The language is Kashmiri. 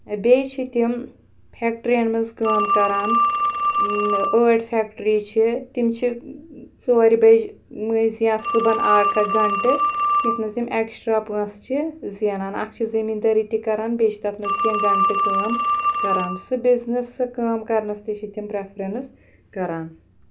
بیٚیہِ چھِ تِم فٮ۪کٹرٛیَن منٛز کٲم کَران ٲٹۍ فٮ۪کٹرٛی چھِ تِم چھِ ژورِ بَجہِ مٔنٛزۍ یا صُبحَن اَکھ اَکھ گھَنٹہٕ یَتھ منٛز یِم اٮ۪کٕسٹرٛا پونٛسہٕ چھِ زینان اَکھ چھِ زمیٖندٲرۍ تہِ کَران بیٚیہِ چھِ تَتھ منٛز کیٚنٛہہ گھنٹہٕ کٲم کَران سُہ بِزنِس سۄ کٲم کَرنَس تہِ چھِ تِم پرٛٮ۪فرٮ۪نٕس کَران